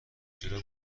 چرا